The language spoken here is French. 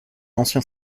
ancien